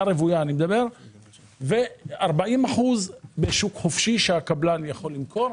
רוויה ו-40 אחוזים בשוק חופשי שהקבלן יכול למכור.